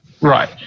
right